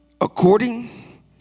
According